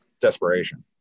desperation